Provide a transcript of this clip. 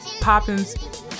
Poppins